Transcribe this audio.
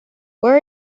where